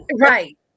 Right